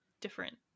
different